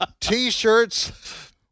T-shirts